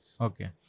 Okay